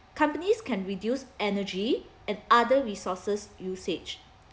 companies can reduce energy and other resources usage